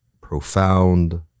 profound